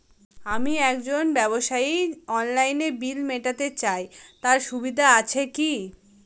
আমি একজন ব্যবসায়ী অনলাইনে বিল মিটাতে চাই তার সুবিধা আছে কি?